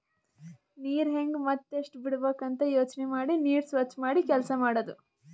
ನೀರ್ ಹೆಂಗ್ ಮತ್ತ್ ಎಷ್ಟ್ ಬಿಡಬೇಕ್ ಅಂತ ಯೋಚನೆ ಮಾಡಿ ನೀರ್ ಸ್ವಚ್ ಮಾಡಿ ಕೆಲಸ್ ಮಾಡದು